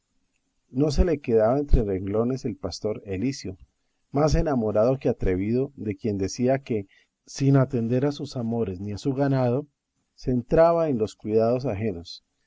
no se le quedaba entre renglones el pastor elicio más enamorado que atrevido de quien decía que sin atender a sus amores ni a su ganado se entraba en los cuidados ajenos